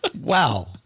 Wow